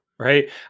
right